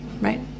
right